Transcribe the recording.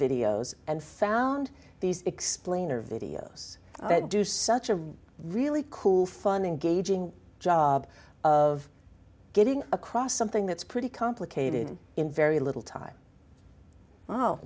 videos and found these explainer videos that do such a really cool fun in gauging job of getting across something that's pretty complicated in very little time oh